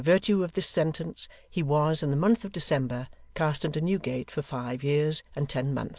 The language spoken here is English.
by virtue of this sentence he was, in the month of december, cast into newgate for five years and ten months,